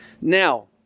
Now